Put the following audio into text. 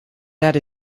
that